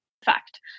fact